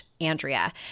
Andrea